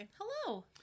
Hello